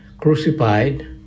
crucified